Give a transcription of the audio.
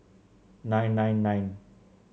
nine nine nine